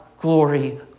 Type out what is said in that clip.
glory